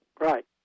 Right